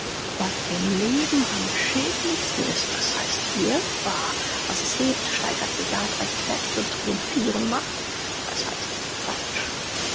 was dem leben am schädlichsten ist das heißt hier wahr was es hebt steigert bejaht rechtfertigt und triumphiren macht das heißt falsch